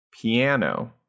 piano